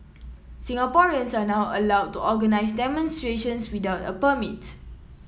Singaporeans are now allowed to organise demonstrations without a permit